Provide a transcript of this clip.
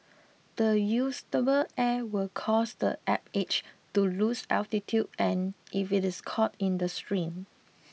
the air will cause the Apache to lose altitude if it is caught in the stream